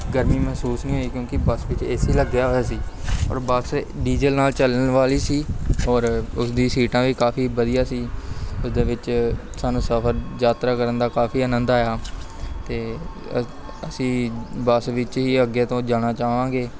ਗਰਮੀ ਮਹਿਸੂਸ ਨਹੀਂ ਹੋਈ ਕਿਉਂਕਿ ਬੱਸ ਵਿੱਚ ਏ ਸੀ ਲੱਗਿਆ ਹੋਇਆ ਸੀ ਔਰ ਬੱਸ ਡੀਜ਼ਲ ਨਾਲ ਚੱਲਣ ਵਾਲੀ ਸੀ ਔਰ ਉਸਦੀ ਸੀਟਾਂ ਵੀ ਕਾਫ਼ੀ ਵਧੀਆ ਸੀ ਉਹਦੇ ਵਿੱਚ ਸਾਨੂੰ ਸਫ਼ਰ ਯਾਤਰਾ ਕਰਨ ਦਾ ਕਾਫ਼ੀ ਆਨੰਦ ਆਇਆ ਅਤੇ ਅ ਅਸੀਂ ਬੱਸ ਵਿੱਚ ਹੀ ਅੱਗੇ ਤੋਂ ਜਾਣਾ ਚਾਹਵਾਂਗੇ